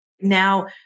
now